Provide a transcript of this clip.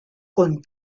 con